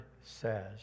says